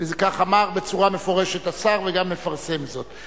כך אמר בצורה מפורשת השר, וגם מפרסם זאת.